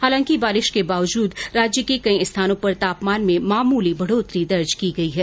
हालांकि बारेरिश के बावजूद राज्य के कई स्थानों पर तापमान में मामूली बढोतरी दर्ज की गयी है